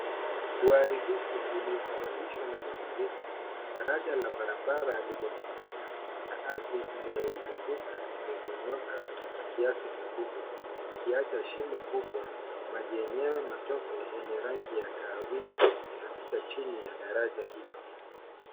Uaribifu uliosababishwa na mafurino. Daraja la barabara limevunjika na ardhi inayoizunguka imemonyoka kwa kiasi kikubwa ikiacha shimo kubwa maji yenyewe matope yenye rangi ya kahawia yanapita chini ya daraja hilo.